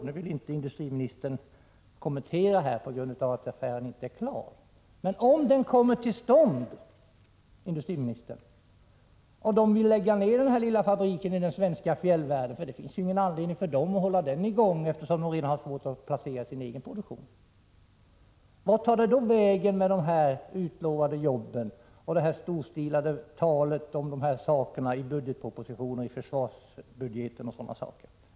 Det vill industriministern inte kommentera, på grund av att affären inte är klar. Men, industriministern, om den kommer till stånd och italienarna sedan lägger ned den lilla fabriken i den svenska fjällvärlden — de har ju ingen anledning att hålla den i gång eftersom de redan har svårt att placera sin egen produktion — vart tar då det storstilade talet i försvarsbudgeten om de utlovade jobben vägen?